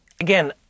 again